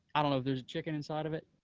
i don't know if there's a chicken inside of it.